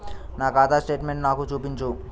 నా ఖాతా స్టేట్మెంట్ను నాకు చూపించు